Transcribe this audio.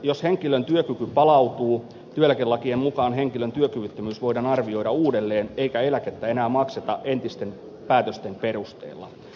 jos henkilön työkyky palautuu työeläkelakien mukaan henkilön työkyvyttömyys voidaan arvioida uudelleen eikä eläkettä enää makseta entisten päätösten perusteella